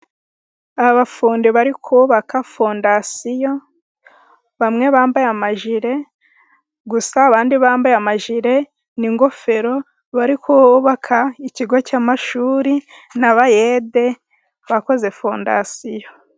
Abafundi bari kubaka fondasiyo bamwe bambaye amajire gusa, abandi bambaye amajire n'ingofero, bari bubaka ikigo cy'amashuri n'abayede bakoze fondasiyo.